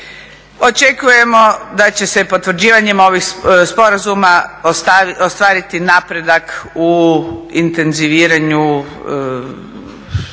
Očekujemo da će se potvrđivanjem ovih sporazuma ostvariti napredak u intenziviranju svih